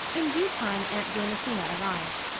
in due time aunt jamesina arrived.